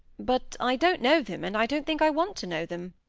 but i don't know them, and i don't think i want to know them